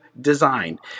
design